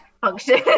function